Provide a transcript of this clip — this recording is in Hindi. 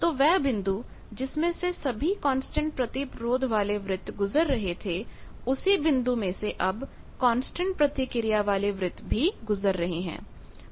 तो वह बिंदु जिसमें से सभी कांस्टेंट प्रतिरोध वाले वृत्त गुजर रहे थेउसी बिंदु में से अब कांस्टेंट प्रतिक्रिया वाले वृत्त भी गुजर रहे हैं